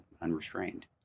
unrestrained